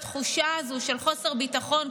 התחושה הזאת של חוסר ביטחון,